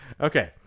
Okay